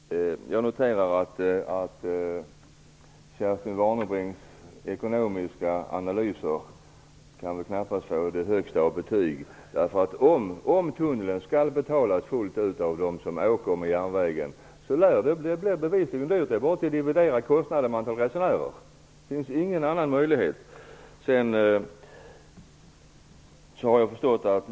Herr talman! Jag noterar att Kerstin Warnerbrings ekonomiska analys nog knappast kan få högsta betyg. Om tunneln skall betalas fullt ut av dem som åker med järnvägen blir det bevisligen dyrt. Det är bara att dividera kostnaden med antalet resenärer. Det finns ingen annan möjlighet.